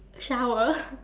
shower